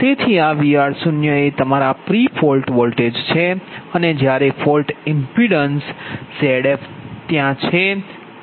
તેથી આ Vr0 એ તમારા પ્રી ફોલ્ટ વોલ્ટેજ છે અને જ્યારે ફોલ્ટ ઇમ્પીડન્સ Zf ત્યાં છે